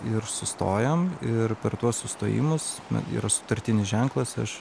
ir sustojam ir per tuos sustojimus yra sutartinis ženklas aš